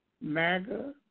MAGA